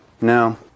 No